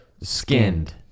Skinned